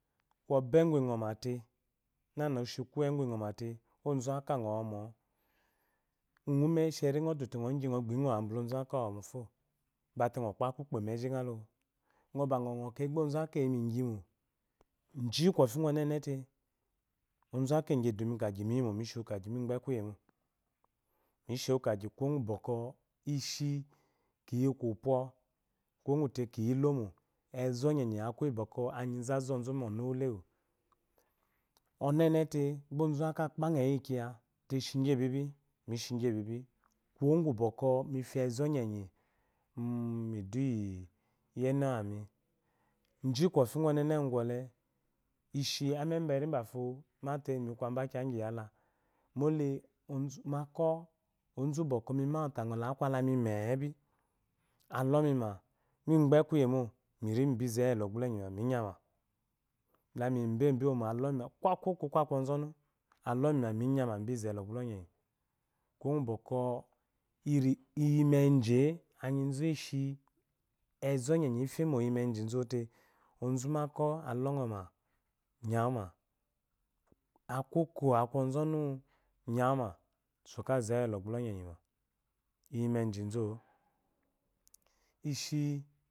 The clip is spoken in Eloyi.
Kobe gwingomete nana oshi kuweyi gwi ngometa gba ozubakɔ angoma ngo umesheri odote ngo gyi ngo ngoma bala ozubekɔ awufo bate ngo kpe kukpe meji nge lo ngo ba ngo ngokeyi gbe ozakɔ eyimighinro ji ɔnenete ɔzakɔ egyedunri mukegyi miyimo mishewu kegyi migbe kuyemo messhewu kagyi kuwo bwɔkwɔ ishi kiyi kupwo gute kiyi ilomo ezɔ enyi akuyi bwɔbwɔ anyizu azɔzute mu ɔnu wulewu ɔnenete gba ɔzakɔ akpanga eyi yiyika te shigyebibi mishiebbi kuwo gu bwɔkwɔ mifia ezɔnyenyi midu yi enewami ji kofi gu ɔnene ku gɔle ishi emeben bafo mate mikwaba kiya gyi yala mole ozubaɔ ozubwɔ kwɔ mimante angɔte akulemimebi alomima migbe kuyemo miri amibizewu elɔgbulɔ enyima minyema lamibebe womo ko aku oko ko ɔzɔnu alɔmi ma minyem mibize elɔgbulɔenyi kuwo ku bwɔkwɔ iymejie anyuzu eshi ezɔnyi ifemo iyi mejizote ozubakɔ alɔngoma nyawuma aku oko aku ɔzɔnu nyewume so ka zewu elɔgbulɔw uma iyimeji zuowo esh